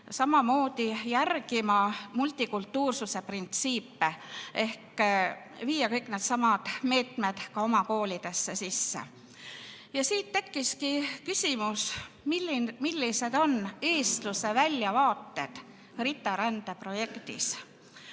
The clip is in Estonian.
samamoodi järgima multikultuurilisuse printsiipe ehk viima kõik needsamad meetmed oma koolidesse sisse. Siit tekkiski küsimus, millised on eestluse väljavaated RITA-rände projektis.